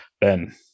Ben